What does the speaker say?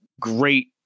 great